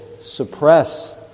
suppress